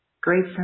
Great